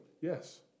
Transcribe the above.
Yes